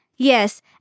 Yes